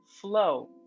flow